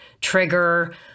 trigger